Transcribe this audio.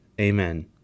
Amen